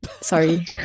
sorry